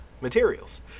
materials